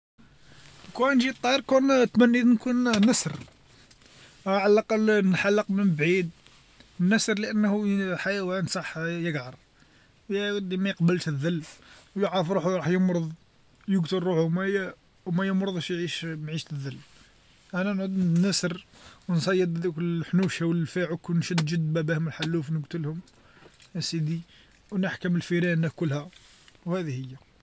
لوكان جيت طير كون تمنيت نكون نسر راه على الأقل نحلق من بعيد، نسر لأنه حيوان صح يقعر، يا ودي ميقبلش الذل و يعض روحو يروح يمرض يقتل روحو مايي، و و ما يمرضش يعيش عيشة الذل، أنا نعود نسر و نصيد دوك الحنوشا و لفاع و كون نشد جد باباهم الحلوف نقتلهم أسيدي، نحكم الفيران ناكلها و هذي هي.